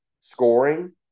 scoring